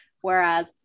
whereas